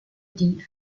die